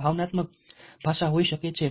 ભાવનાત્મક ભાષા હોઈ શકે છે